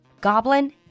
goblin